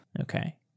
Okay